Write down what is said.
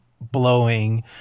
blowing